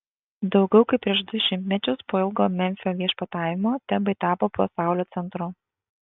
daugiau kaip prieš du šimtmečius po ilgo memfio viešpatavimo tebai tapo pasaulio centru